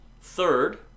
Third